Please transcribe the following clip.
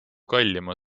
kallima